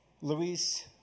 Luis